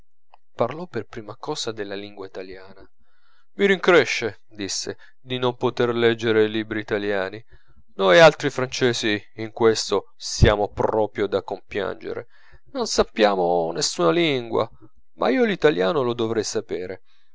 parlò per prima cosa della lingua italiana mi rincresce disse di non poter leggere libri italiani noi altri francesi in questo siamo proprio da compiangere non sappiamo nessuna lingua ma io l'italiano lo dovrei sapere